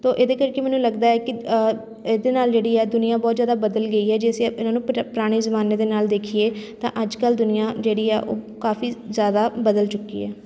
ਤਾਂ ਇਹਦੇ ਕਰਕੇ ਮੈਨੂੰ ਲੱਗਦਾ ਹੈ ਕਿ ਇਹਦੇ ਨਾਲ ਜਿਹੜੀ ਆ ਦੁਨੀਆ ਬਹੁਤ ਜ਼ਿਆਦਾ ਬਦਲ ਗਈ ਹੈ ਜੇ ਅਸੀਂ ਇਹਨਾਂ ਨੂੰ ਪੁਰਾ ਪੁਰਾਣੇ ਜ਼ਮਾਨੇ ਦੇ ਨਾਲ ਦੇਖੀਏ ਤਾਂ ਅੱਜ ਕੱਲ੍ਹ ਦੁਨੀਆ ਜਿਹੜੀ ਆ ਉਹ ਕਾਫੀ ਜ਼ਿਆਦਾ ਬਦਲ ਚੁੱਕੀ ਹੈ